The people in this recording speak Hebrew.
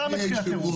שם התחיל הטירוף.